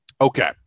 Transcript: Okay